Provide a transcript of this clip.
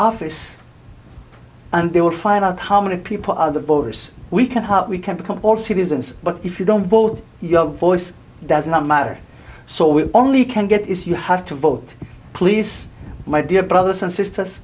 office and they will find out how many people are the voters we can help we can become all citizens but if you don't hold your voice does not matter so we only can get is you have to vote please my dear brothers and sisters